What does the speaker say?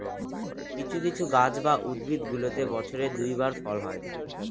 কিছু কিছু গাছ বা উদ্ভিদগুলোতে বছরে দুই বার ফল হয়